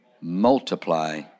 multiply